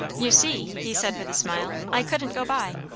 you see, he said with a smile, i couldn't go by!